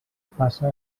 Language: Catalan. passa